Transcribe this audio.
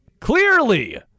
clearly